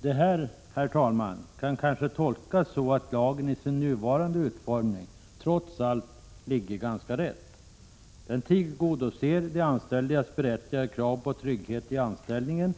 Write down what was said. Det kan kanske tolkas så, att lagen i sin nuvarande utformning trots allt ligger ganska rätt. Den tillgodoser de anställdas berättigade krav på trygghet i anställningen